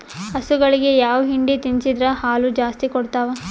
ಹಸುಗಳಿಗೆ ಯಾವ ಹಿಂಡಿ ತಿನ್ಸಿದರ ಹಾಲು ಜಾಸ್ತಿ ಕೊಡತಾವಾ?